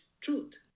truth